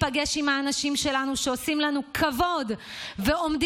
אסור להיפגש עם האנשים שלנו שעושים לנו כבוד ועומדים